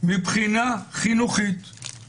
מבחינה חינוכית.